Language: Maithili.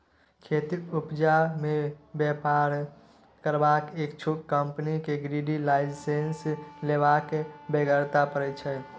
खेतीक उपजा मे बेपार करबाक इच्छुक कंपनी केँ एग्री लाइसेंस लेबाक बेगरता परय छै